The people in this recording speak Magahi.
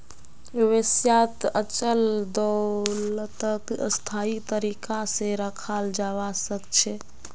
व्यवसायत अचल दोलतक स्थायी तरीका से रखाल जवा सक छे